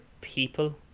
people